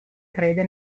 crede